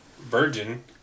virgin